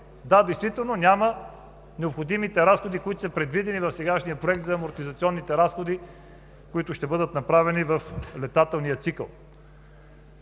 да – действително, няма необходимите разходи, които са предвидени в сегашния проект за амортизационните разходи, които ще бъдат направени в летателния цикъл.